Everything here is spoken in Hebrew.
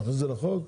להכניס את זה לחוק?